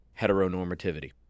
heteronormativity